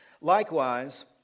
Likewise